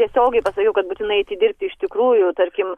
tiesiogiai pasakiau kad būtinai eiti dirbti iš tikrųjų tarkim